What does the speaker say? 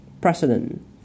president